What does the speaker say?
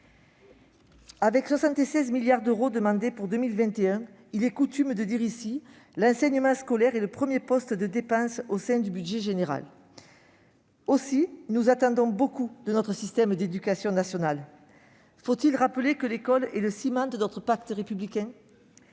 Avec 76 milliards d'euros demandés pour 2021, il est coutume de dire que l'enseignement scolaire est le premier poste de dépenses au sein du budget général. Aussi, nous attendons beaucoup de notre système d'éducation nationale. Faut-il rappeler que l'école est le ciment de notre pacte républicain ?